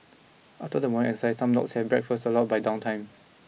after the one exercise some dogs have breakfast allowed by downtime